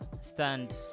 stand